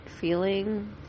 feeling